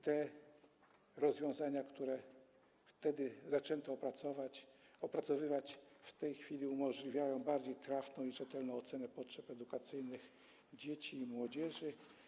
Te rozwiązania, które wtedy zaczęto opracowywać, w tej chwili umożliwiają bardziej trafną i rzetelną ocenę potrzeb edukacyjnych dzieci i młodzieży.